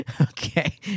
Okay